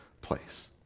place